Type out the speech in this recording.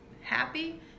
happy